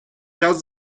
час